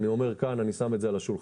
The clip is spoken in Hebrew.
אני שם את זה כאן על השולחן.